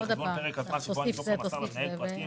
בחשבון פרק הזמן שבו הניזוק לא מסר למנהל פרטים,